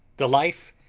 the life,